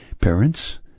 parents